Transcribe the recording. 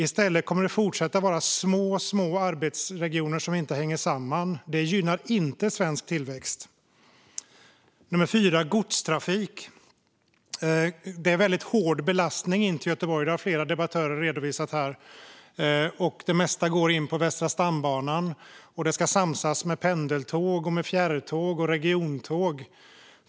I stället kommer det att fortsätta vara små arbetsregioner som inte hänger samman. Det gynnar inte svensk tillväxt. Det fjärde är godstrafiken. Det är väldigt hård belastning in till Göteborg, som flera debattörer har redovisat här. Det mesta går in på Västra stambanan, och det ska samsas med pendeltåg, fjärrtåg och regiontåg.